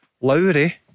Lowry